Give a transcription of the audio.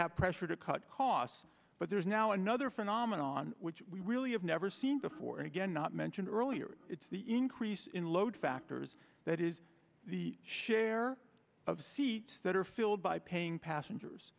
have pressure to cut costs but there's now another phenomenon which we really have never seen before and again not mentioned earlier it's the increase in load factors that is the share of seats that are filled by paying passengers